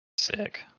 Sick